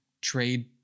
trade